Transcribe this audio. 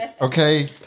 okay